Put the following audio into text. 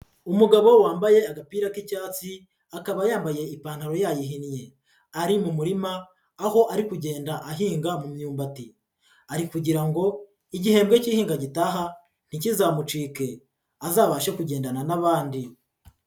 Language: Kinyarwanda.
Umugabo wambaye agapira k'icyatsi akaba yambaye ipantaro yayihinnye, ari mu murima aho arikugenda ahinga mu myumbati, arikugira ngo igihembwe cy'ihinga gitaha ntikizamucike azabashe kugendana n'abandi.